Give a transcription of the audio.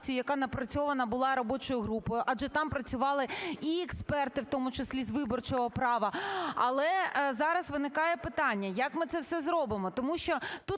яка напрацьована була робочою групою, адже там працювали і експерти в тому числі з виборчого права. Але зараз виникає питання: як ми це все зробимо.